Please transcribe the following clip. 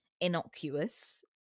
innocuous